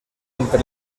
entre